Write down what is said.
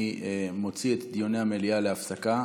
אני מוציא את דיוני המליאה להפסקה,